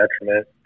detriment